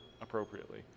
appropriately